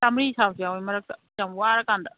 ꯆꯥꯃꯔꯤ ꯁꯥꯕꯁꯨ ꯌꯥꯎꯏ ꯃꯔꯛꯇ ꯌꯥꯝ ꯋꯥꯔ ꯀꯥꯟꯗ